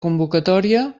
convocatòria